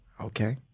Okay